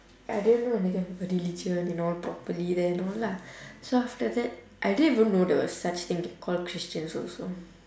I didn't know they have a religion you know properly then know lah so after that I didn't even know there was such thing call christians also